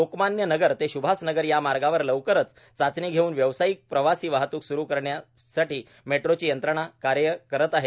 लोकमान्य नगर ते सुभाष नगर या मार्गावर लवकरच चाचणी घेऊन व्यावसायीक प्रवासी वाहतूक स्रू करण्यासाठी मेट्रोची यंत्रणा कार्य करत आहे